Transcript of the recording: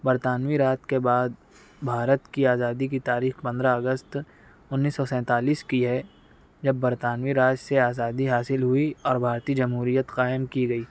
برطانوی راج کے بعد بھارت کی آزادی کی تاریخ پندرہ اگست انیس سو سینتالیس کی ہے جب برطانوی راج سے آزادی حاصل ہوئی اور بھارتی جمہوریت قائم کی گئی